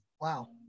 wow